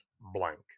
blank